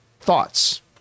thoughts